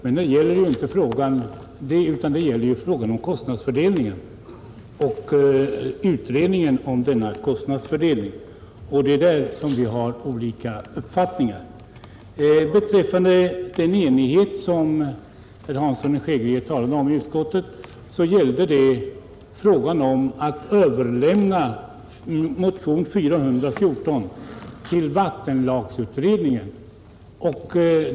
Men nu gäller det inte den frågan utan en utredning om kostnadsfördelningen. Det är där som vi har olika uppfattningar. Den enighet i utskottet som herr Hansson i Skegrie talade om gällde frågan att överlämna motionen 414 till vattenlagsutredningen.